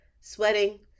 Sweating